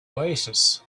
oasis